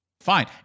fine